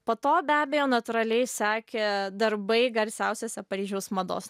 po to be abejo natūraliai sekė darbai garsiausiuose paryžiaus mados